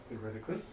Theoretically